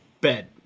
bed